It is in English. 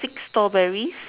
six strawberries